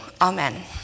amen